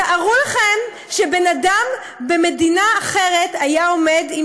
תארו לכם שבן אדם במדינה אחרת היה עומד עם